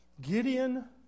Gideon